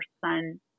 son